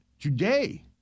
today